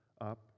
up